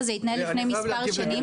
אז ככה זה התנהל לפני כמה שנים,